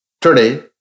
Today